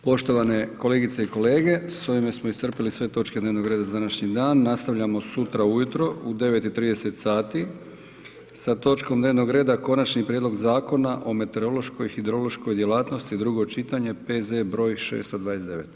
Poštovane kolegice i kolege s ovime smo iscrpili sve točke dnevnog reda za današnji dan, nastavljamo sutra ujutro u 9,30h sa točkom dnevnog reda Konačni prijedlog Zakona o meteorološkoj hidrološkoj djelatnosti, drugo čitanje, P.Z. br. 629.